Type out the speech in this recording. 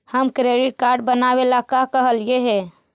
हम credit card बनावे ला कहलिऐ हे?